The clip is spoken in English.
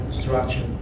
structure